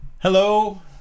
Hello